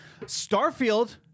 Starfield